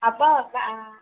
അപ്പോൾ ആ